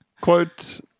Quote